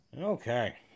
Okay